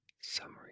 summary